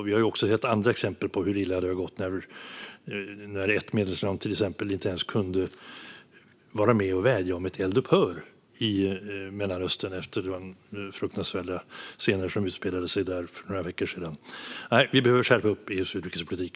Vi har också sett andra exempel på hur illa det kan gå när ett medlemsland inte ens kunde vara med och vädja om ett eldupphör i Mellanöstern efter de fruktansvärda scener som utspelade sig där för några veckor sedan. Vi behöver skärpa EU:s utrikespolitik.